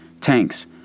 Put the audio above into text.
tanks